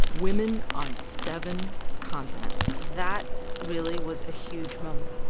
women on seven continents that really was a huge moment.